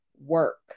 work